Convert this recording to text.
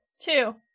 two